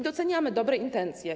Doceniamy dobre intencje.